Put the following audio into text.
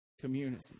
community